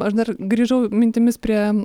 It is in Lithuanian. aš dar grįžau mintimis prie